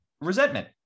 resentment